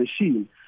machine